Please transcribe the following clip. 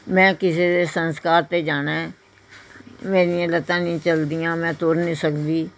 ਮੈਂ ਕਿਸੇ ਦੇ ਸੰਸਕਾਰ 'ਤੇ ਜਾਣਾ ਮੇਰੀਆਂ ਲੱਤਾਂ ਨਹੀਂ ਚਲਦੀਆਂ ਮੈਂ ਤੁਰ ਨਹੀਂ ਸਕਦੀ